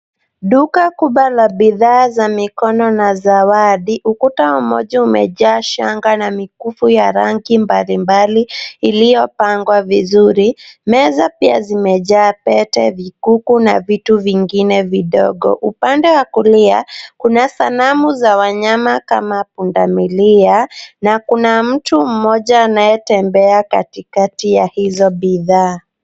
Duka kubwa la bidhaa za mikono na zawadi. Ukuta mmoja umejaa shanga na mikufu ya rangi mbalimbali iliyopangwa vizuri. Meza pia zimejaa pete, vikuku na vitu vingine vidogo. Upande wa kulia kuna sanamu za wanyama kama pundamilia na kuna mtu mmoja anayetembea katikati ya hizo bidhaa.